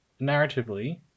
narratively